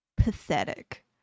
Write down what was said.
pathetic